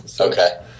Okay